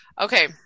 okay